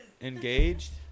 Engaged